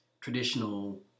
traditional